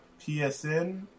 PSN